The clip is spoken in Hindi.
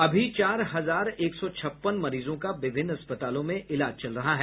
अभी चार हजार एक सौ छप्पन मरीजों का विभिन्न अस्पतालों में इलाज चल रहा है